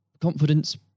confidence